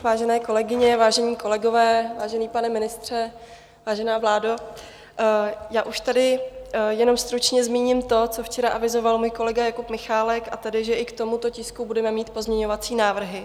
Vážené kolegyně, vážení kolegové, vážený pane ministře, vážená vládo, já už tady jenom stručně zmíním to, co včera avizoval můj kolega Jakub Michálek, a tedy, že i k tomuto tisku budeme mít pozměňovací návrhy.